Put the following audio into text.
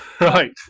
right